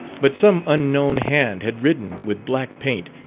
but some unknown hand had written with black paint,